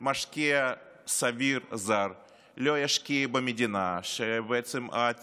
משקיע סביר זר לא ישקיע במדינה שהעתיד